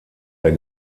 der